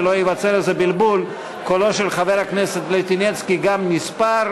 שלא ייווצר איזה בלבול: קולו של חבר הכנסת ליטינצקי גם נספר.